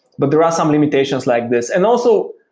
but there are some limitations like this. and also,